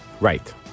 Right